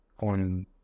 on